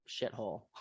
shithole